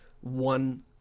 one